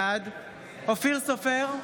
בעד אופיר סופר,